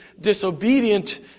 disobedient